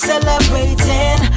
Celebrating